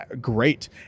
great